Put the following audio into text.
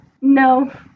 No